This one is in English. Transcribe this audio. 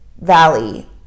valley